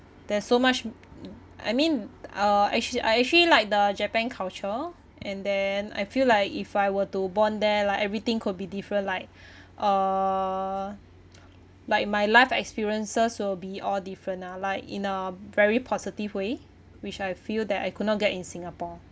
there's so much I mean uh actually I actually like the japan culture and then I feel like if I were to born there like everything could be different like uh like my life experiences will be all different ah like in a very positive way which I feel that I could not get in singapore